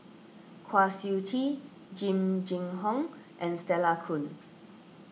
Kwa Siew Tee Jing Jun Hong and Stella Kon